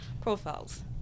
profiles